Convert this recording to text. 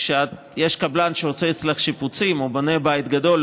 כשיש קבלן שעושה אצלך שיפוצים או בונה בית גדול,